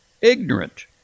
ignorant